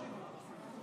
שקט?